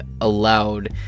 allowed